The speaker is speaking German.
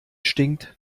stinkt